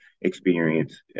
experience